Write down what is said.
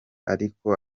ariko